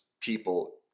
people